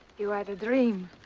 you had a dream.